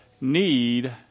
Need